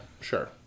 sure